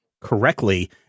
correctly